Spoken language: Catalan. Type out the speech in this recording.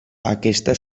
aquesta